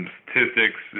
Statistics